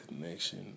connection